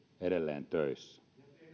edelleen töissä